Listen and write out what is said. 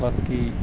ਬਾਕੀ